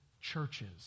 churches